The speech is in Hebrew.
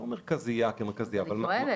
לא מרכזיה כמרכזיה אלא מענה ראשוני.